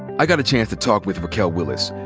i got a chance to talk with raquel willis,